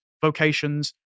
vocations